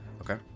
okay